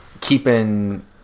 keeping